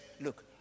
look